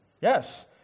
Yes